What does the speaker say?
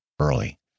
early